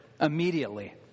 immediately